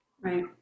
right